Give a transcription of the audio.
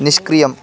निष्क्रियम्